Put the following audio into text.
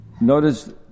notice